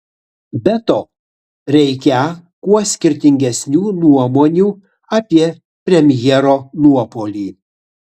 be to reikią kuo skirtingesnių nuomonių apie premjero nuopuolį